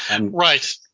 Right